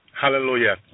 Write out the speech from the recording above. Hallelujah